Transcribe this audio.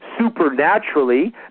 supernaturally